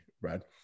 Brad